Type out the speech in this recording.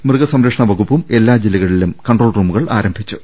മൃഗസംരക്ഷണ വകുപ്പും എല്ലാ ജില്ലകളിലും കൺട്രോൾ റൂമുകൾ ആരംഭിച്ചു